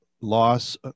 Loss